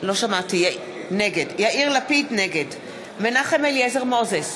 נגד מנחם אליעזר מוזס,